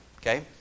okay